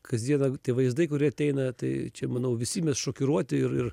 kas dieną tie vaizdai kurie ateina tai čia manau visi mes šokiruoti ir ir